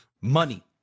money